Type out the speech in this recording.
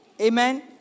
Amen